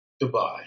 Goodbye